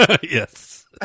Yes